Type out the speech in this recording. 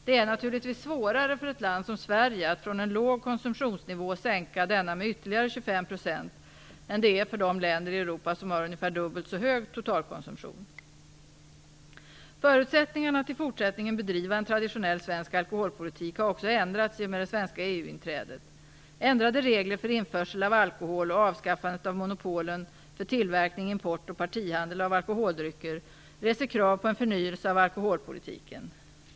Det är naturligtvis svårare för ett land som Sverige att från en låg konsumtionsnivå sänka denna med ytterligare 25 % än det är för de länder i Europa som har ungefär dubbelt så hög totalkonsumtion. Förutsättningarna för att i fortsättningen bedriva en traditionell svensk alkoholpolitik har också ändrats i och med det svenska EU-inträdet. Ändrade regler för införsel av alkohol och avskaffandet av monopolen för tillverkning, import och partihandel av alkoholdrycker reser krav på en förnyelse av alkoholpolitiken.